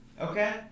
Okay